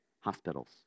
hospitals